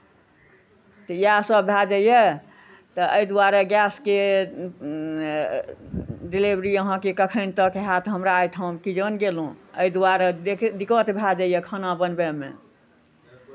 तऽ इएहसभ भऽ जाइए तऽ एहि दुआरे गैसके डिलेवरी अहाँकेँ कखन तक हैत हमरा ठाम की जाने गेलहुँ एहि दुआरे दिक्कत भए जाइए खाना बनबैमे